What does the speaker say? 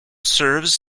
serves